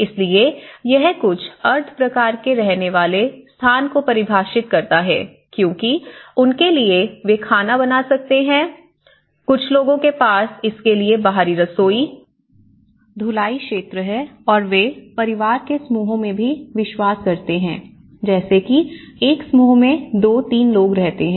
इसलिए यह कुछ अर्ध प्रकार के रहने वाले स्थान को परिभाषित करता है क्योंकि उनके लिए वे खाना बना सकते हैं कुछ लोगों के पास इसके लिए बाहरी रसोई धुलाई क्षेत्र है और वे परिवार के समूहों में भी विश्वास करते हैं जैसे कि एक समूह में 2 3 लोग रहते हैं